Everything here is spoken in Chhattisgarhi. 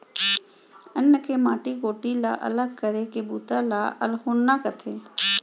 अन्न ले माटी गोटी ला अलग करे के बूता ल अल्होरना कथें